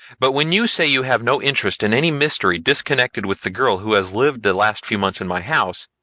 but when you say you have no interest in any mystery disconnected with the girl who has lived the last few months in my house,